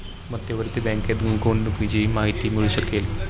मध्यवर्ती बँकेत गुंतवणुकीची माहिती मिळू शकेल